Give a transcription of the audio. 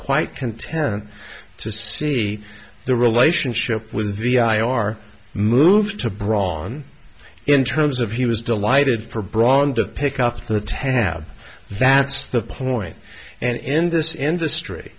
quite content to see the relationship with vi are moved to braun in terms of he was delighted for braun the pick up the tab that's the point and in this industry